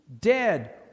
dead